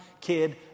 kid